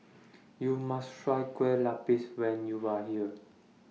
YOU must Try Kueh Lapis when YOU Are here